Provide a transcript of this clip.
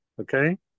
Okay